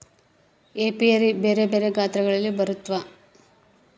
apiary ಬೆರೆ ಬೆರೆ ಗಾತ್ರಗಳಲ್ಲಿ ಬರುತ್ವ